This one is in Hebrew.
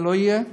זה לא יהיה.